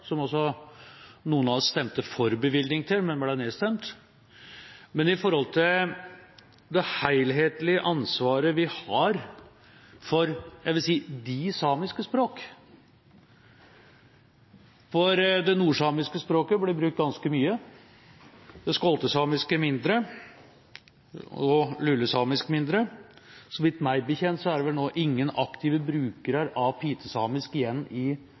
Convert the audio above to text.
som også noen av oss stemte for bevilging til, men ble nedstemt. Men til det helhetlige ansvaret vi har for de samiske språk: Det nordsamiske språket blir brukt ganske mye, det skoltesamiske og lulesamisk mindre, og meg bekjent er det vel nå ingen aktive brukere av pitesamisk igjen i